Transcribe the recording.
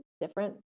different